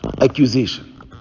accusation